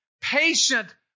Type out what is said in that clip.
patient